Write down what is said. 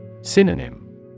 Synonym